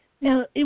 Now